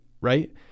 right